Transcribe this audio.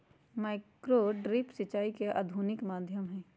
micro और drip सिंचाई के आधुनिक माध्यम हई